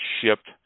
shipped